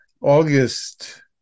August